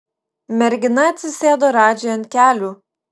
mergina atsisėdo radžiui ant kelių